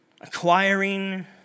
Acquiring